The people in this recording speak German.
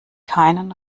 keinen